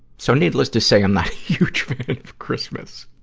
so, needless to say i'm not a huge fan of christmas.